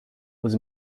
was